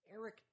Eric